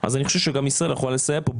אז אני חושב שגם ישראל יכולה לסייע פה,